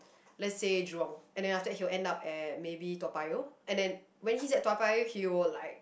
lets say Jurong and then after he will end at maybe Toa Payoh and then when he's at Toa Payoh he will like